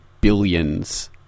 billions